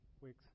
weeks